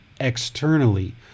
externally